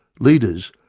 leaders,